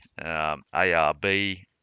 ARB